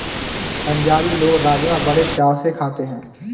पंजाबी लोग राज़मा बड़े चाव से खाते हैं